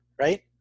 right